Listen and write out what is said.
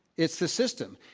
it's the system.